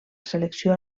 selecció